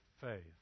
faith